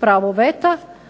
pravo veta,